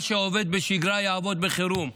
מה שעובד בשגרה יעבוד בחירום,